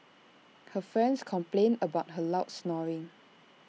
her friends complained about her loud snoring